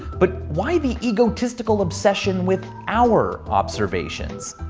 but why the egoistical obsession with our observations?